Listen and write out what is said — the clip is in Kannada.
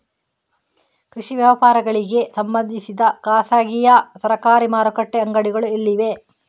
ಕೃಷಿ ವ್ಯವಹಾರಗಳಿಗೆ ಸಂಬಂಧಿಸಿದ ಖಾಸಗಿಯಾ ಸರಕಾರಿ ಮಾರುಕಟ್ಟೆ ಅಂಗಡಿಗಳು ಎಲ್ಲಿವೆ?